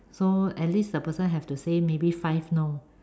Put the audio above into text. so at least the person have to say maybe five no